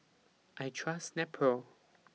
I Trust Nepro